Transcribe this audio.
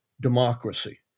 democracy